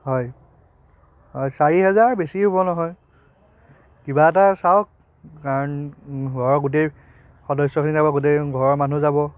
হয় হয় চাৰি হাজাৰ বেছি হ'ব নহয় কিবা এটা চাওক কাৰণ ঘৰৰ গোটেই সদস্যখিনি যাব গোটেই ঘৰৰ মানুহ যাব